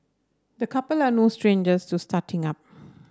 the couple are no strangers to starting up